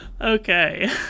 okay